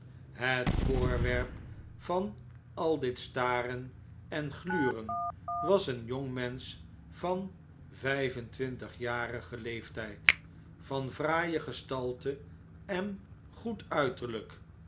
het voorwerp van al dit staren en gluren was een jongmensch van vjjf en twintigjarigen leeftjd van fraaie gestalte en goed uiterlijk